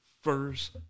first